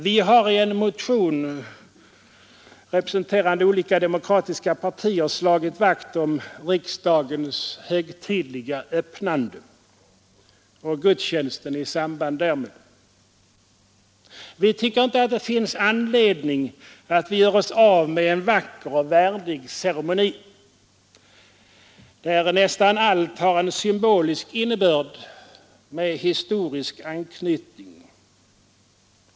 Vi har i en motion, representerande alla demokratiska partier, slagit vakt om riksdagens högtidliga öppnande och gudstjänsten i samband därmed. Vi tycker inte att det finns anledning att göra oss av med en vacker och värdig ceremoni, där nästan allt har en symbolisk innebörd med historisk anknytning.